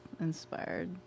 inspired